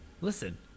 Listen